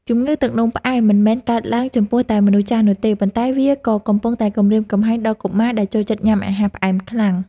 ជំងឺទឹកនោមផ្អែមមិនមែនកើតឡើងចំពោះតែមនុស្សចាស់នោះទេ ប៉ុន្តែវាក៏កំពុងតែគំរាមកំហែងដល់កុមារដែលចូលចិត្តញ៉ាំអាហារផ្អែមខ្លាំង។